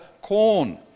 corn